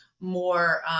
more